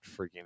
freaking